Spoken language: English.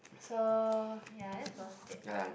so ya that's about it